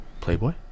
Playboy